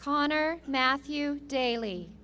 connor matthew daly